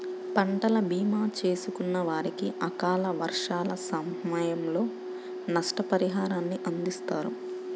పంటల భీమా చేసుకున్న వారికి అకాల వర్షాల సమయంలో నష్టపరిహారాన్ని అందిస్తారు